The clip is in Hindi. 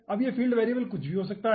अब यह फील्ड वेरिएबल कुछ भी हो सकता है